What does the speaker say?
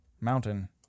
mountain